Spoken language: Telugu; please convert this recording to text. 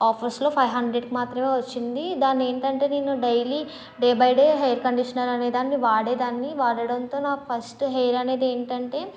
ఆఫర్స్లో ఫైవ్ హండ్రెడ్కి మాత్రమే వచ్చింది దాన్ని ఏంటంటే నేను daily day by day hair conditioner అనే దాన్ని వాడే దాన్ని వాడడంతో నా ఫస్ట్ హెయిర్ అనేది ఏంటంటే